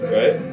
right